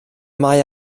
mae